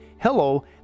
hello